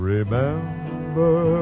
Remember